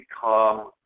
become